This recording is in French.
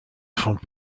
font